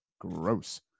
Gross